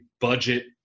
budget